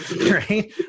right